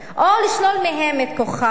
או לשלול מהם את כוחם.